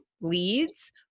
leads